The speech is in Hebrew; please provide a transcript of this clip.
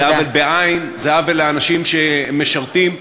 זה עוול לאנשים שמשרתים,